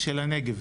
של הנגב.